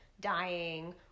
dying